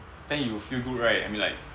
then you feel good right I mean like